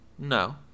No